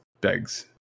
begs